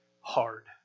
hard